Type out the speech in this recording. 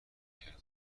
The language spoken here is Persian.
کردم